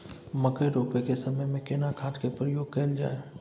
मकई रोपाई के समय में केना खाद के प्रयोग कैल जाय?